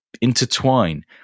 intertwine